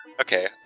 Okay